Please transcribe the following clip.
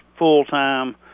full-time